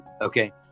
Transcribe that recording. okay